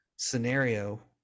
scenario